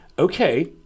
Okay